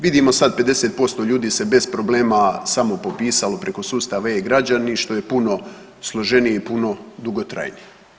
Vidimo sad 50% ljudi se bez problema samopopisalo preko sustava e-građani što je puno složenije i puno dugotrajnije.